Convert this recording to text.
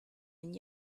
and